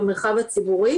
למרחב הציבורי.